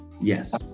Yes